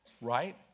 Right